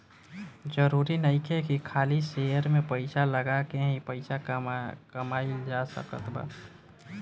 जरुरी नइखे की खाली शेयर में पइसा लगा के ही पइसा कमाइल जा सकत बा